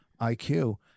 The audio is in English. IQ